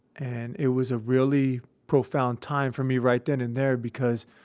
and it was a really profound time for me right then and there because